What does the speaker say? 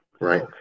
Right